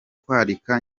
kwakira